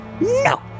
No